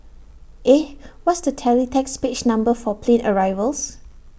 eh what's the teletext page number for plane arrivals